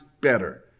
better